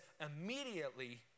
immediately